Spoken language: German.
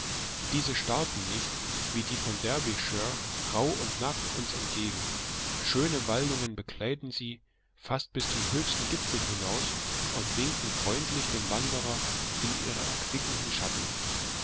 diese starrten nicht wie die von derbyshire rauh und nackt uns entgegen schöne waldungen bekleiden sie fast bis zum höchsten gipfel hinaus und winken freundlich dem wanderer in ihre erquickenden schatten